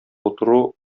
утыру